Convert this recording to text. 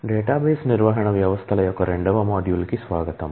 database నిర్వహణ వ్యవస్థల యొక్క రెండవ మాడ్యూల్ కు స్వాగతం